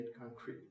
concrete